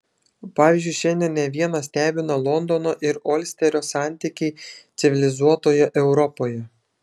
pavyzdžiui šiandien ne vieną stebina londono ir olsterio santykiai civilizuotoje europoje